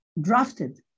drafted